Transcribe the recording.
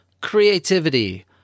Creativity